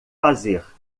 fazer